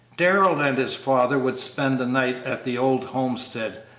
darrell and his father would spend the night at the old homestead,